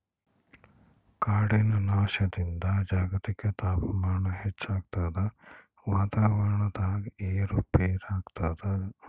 ಕಾಡಿನ ನಾಶದಿಂದ ಜಾಗತಿಕ ತಾಪಮಾನ ಹೆಚ್ಚಾಗ್ತದ ವಾತಾವರಣದಾಗ ಏರು ಪೇರಾಗ್ತದ